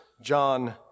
John